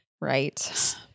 Right